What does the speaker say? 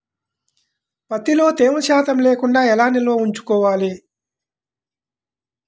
ప్రత్తిలో తేమ శాతం లేకుండా ఎలా నిల్వ ఉంచుకోవాలి?